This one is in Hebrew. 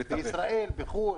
בישראל, בחו"ל,